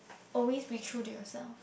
always be true to yourself